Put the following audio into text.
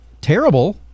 terrible